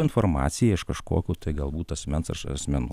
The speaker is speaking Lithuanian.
informaciją iš kažkokio tai galbūt asmens ar iš asmenų